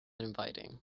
inviting